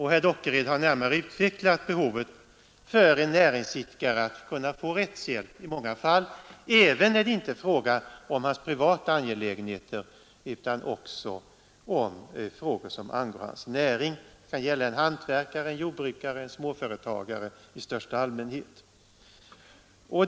Herr Dockered har närmare utvecklat behovet för en näringsidkare av att kunna få rättshjälp i många fall, även när det inte gäller hans privata angelägenheter utan då det rör sig om frågor som angår hans näring. Det kan gälla en hantverkare, en jordbrukare eller en småföretagare i största allmänhet.